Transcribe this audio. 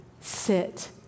sit